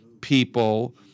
people